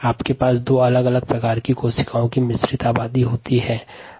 यह व्यवहार दो अलग अलग प्रकार के कोशिका की मिश्रित आबादी के साथ उत्पन्न होता है